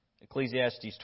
Ecclesiastes